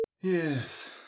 Yes